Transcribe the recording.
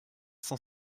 cent